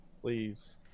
Please